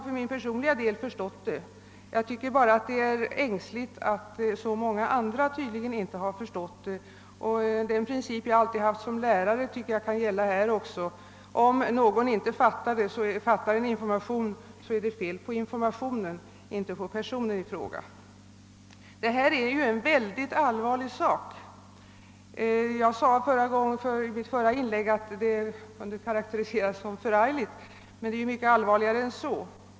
För min egen del har jag förstått den saken, men jag tycker det är ängsligt att så många andra tydligen inte har förstått den. Och den princip jag alltid haft som lärare tycker jag kan gälla också här: om någon inte fattar en information, så är det fel på informationen, inte på personen i fråga. Betygsättningen är en mycket allvarvarlig sak. I mitt förra inlägg sade jag att de missförstånd som kan uppstå är förargliga. De är emellertid mycket allvarligare än så.